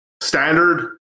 standard